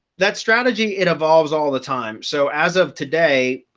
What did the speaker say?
that strategy, it evolves all the time. so as of today,